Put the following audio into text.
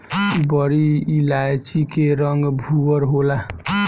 बड़ी इलायची के रंग भूअर होला